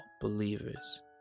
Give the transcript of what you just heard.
believers